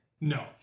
No